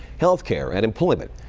health care, and employment.